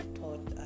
taught